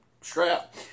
strap